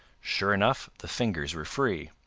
sure enough, the fingers were free.